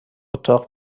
اتاق